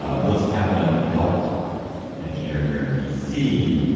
ah melissa kaplan helped engineer here in d c.